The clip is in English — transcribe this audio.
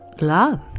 love